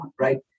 right